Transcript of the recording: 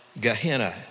Gehenna